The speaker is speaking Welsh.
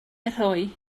rhoi